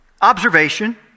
Observation